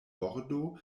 bordo